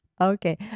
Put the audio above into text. okay